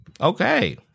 okay